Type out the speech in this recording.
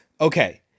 Okay